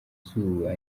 zuba